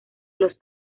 los